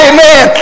Amen